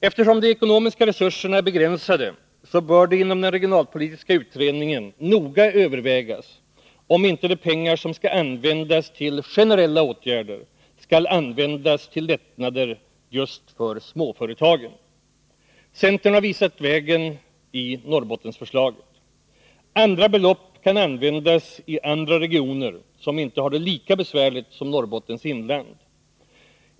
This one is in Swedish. Eftersom de ekonomiska resurserna är begränsade bör det inom den regionalpolitiska utredningen noga övervägas, om inte de pengar som skall användas till generella åtgärder skall användas till lättnader för just småföretagen. Centern har visat vägen i Norrbottensförslaget. Andra belopp kan användas i andra regioner som inte har det lika besvärligt som Norrbottens inland.